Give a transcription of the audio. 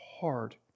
hard